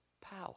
power